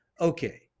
okay